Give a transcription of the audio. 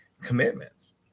commitments